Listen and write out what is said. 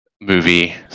movie